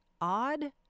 odd